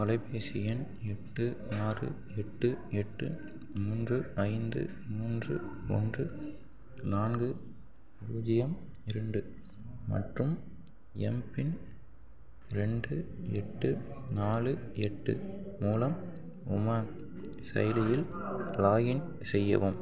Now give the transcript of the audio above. தொலைபேசி எண் எட்டு ஆறு எட்டு எட்டு மூன்று ஐந்து மூன்று ஒன்று நான்கு பூஜ்ஜியம் இரண்டு மற்றும் எம்பின் ரெண்டு எட்டு நாலு எட்டு மூலம் உமாங் செயலியில் லாகின் செய்யவும்